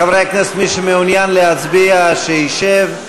חברי הכנסת, מי שמעוניין להצביע, שישב.